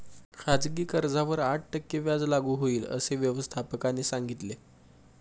खाजगी कर्जावर आठ टक्के व्याज लागू होईल, असे व्यवस्थापकाने सांगितले